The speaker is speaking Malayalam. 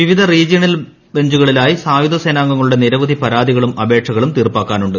വിവിധ റീജിയണൽ ബെഞ്ചുകളിലായി സായുധ സേനാംഗങ്ങളുടെ നിരവധി പരാതികളും അപേക്ഷകളും തീർപ്പാക്കാനുണ്ട്